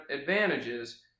advantages